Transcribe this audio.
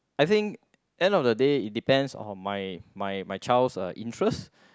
I think end of the day it depends on my my my child's uh interest